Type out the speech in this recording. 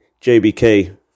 JBK